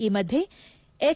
ಈ ಮಧ್ಯೆ ಎಚ್